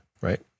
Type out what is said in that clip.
right